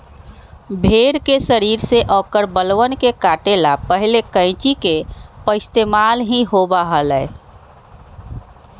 भेड़ के शरीर से औकर बलवन के काटे ला पहले कैंची के पइस्तेमाल ही होबा हलय